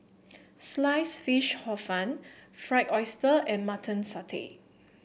Sliced Fish Hor Fun Fried Oyster and Mutton Satay